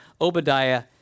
Obadiah